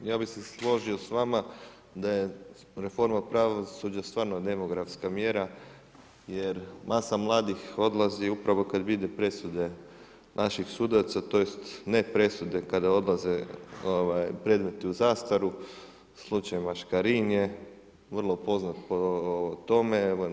Ja bi se složio s vama da je reforma pravosuđa stvarno demografska mjera, jer masa mlada odlazi upravo kada vide presude naših sudaca, tj. nepresudne kada odlaze predmeti u zastaru, u slučaju maškaranje, vrlo poznat po tome.